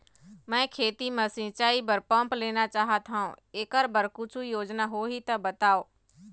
मैं खेती म सिचाई बर पंप लेना चाहत हाव, एकर बर कुछू योजना होही त बताव?